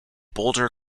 boulder